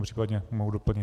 Případně mohu doplnit.